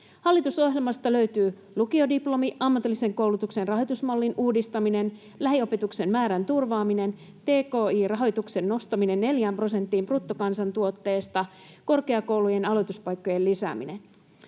Hallitusohjelmasta löytyy lukiodiplomi, ammatillisen koulutuksen rahoitusmallin uudistaminen, lähiopetuksen määrän turvaaminen, tki-rahoituksen nostaminen neljään prosenttiin bruttokansantuotteesta, korkeakoulujen aloituspaikkojen lisääminen.